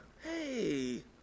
hey